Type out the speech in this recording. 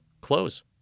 close